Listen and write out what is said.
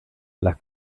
las